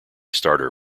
starter